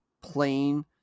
plain